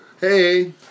Hey